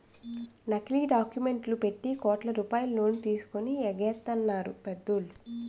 నకిలీ డాక్యుమెంట్లు పెట్టి కోట్ల రూపాయలు లోన్ తీసుకొని ఎగేసెత్తన్నారు పెద్దోళ్ళు